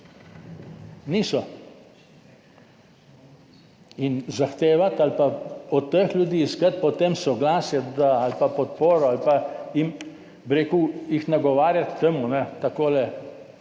Niso! Zahtevati ali pa od teh ljudi iskati potem soglasje ali pa podporo ali pa jih nagovarjati tako